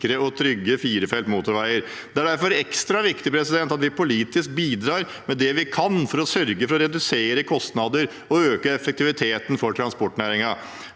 og trygge firefelts motorveier. Det er derfor ekstra viktig at vi politisk bidrar med det vi kan, for å sørge for å redusere kostnader og øke effektiviteten for transportnæringen.